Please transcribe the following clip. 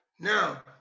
Now